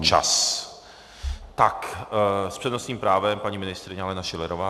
S přednostním právem paní ministryně Alena Schillerová.